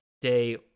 day